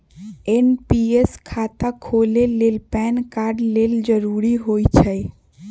NPS खता खोले के लेल पैन कार्ड लेल जरूरी होइ छै